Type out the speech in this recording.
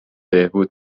بهبود